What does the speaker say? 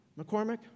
McCormick